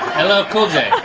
ll ah cool j.